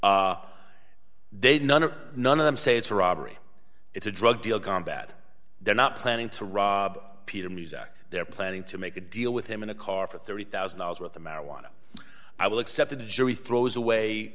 they none of none of them say it's a robbery it's a drug deal gone bad they're not planning to rob peter muzak they're planning to make a deal with him in a car for thirty thousand dollars worth of marijuana i will except a jury throws away